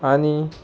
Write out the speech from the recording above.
आनी